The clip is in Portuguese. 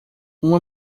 uma